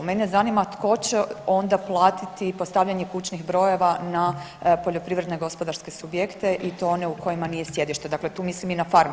Mene zanima tko će onda platiti postavljanje kućnih brojeva na poljoprivredne gospodarske subjekte i to one u kojima nije sjedište, dakle tu mislim i na farme.